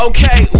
Okay